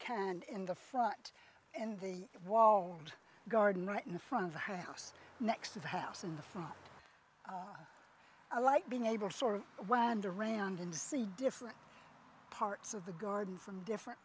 canned in the front and the wall and garden right in front of the house next to the house in the front i like being able to sort of why and around and see different parts of the garden from different